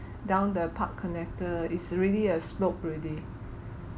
down the park connector is already a slope already